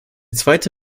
zweite